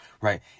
right